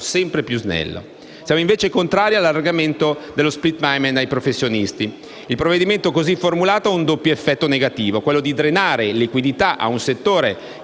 e snello. Siamo invece contrari all'allargamento dello *split payment* ai professionisti. Il provvedimento così formulato ha un doppio effetto negativo: quello di drenare liquidità a un settore